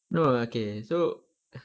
no lah okay so uh